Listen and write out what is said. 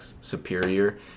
superior